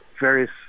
various